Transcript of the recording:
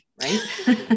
right